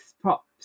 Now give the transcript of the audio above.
props